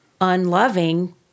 unloving